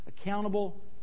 accountable